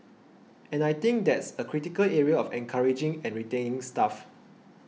and I think that's a critical area of encouraging and retaining staff